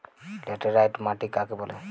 Laterite মাটি কাকে বলে?